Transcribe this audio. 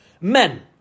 Men